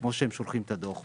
כמו שהם שולחים את הדוח,